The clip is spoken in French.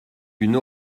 une